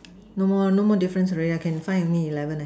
no more no more difference already yeah can find only eleven leh